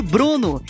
Bruno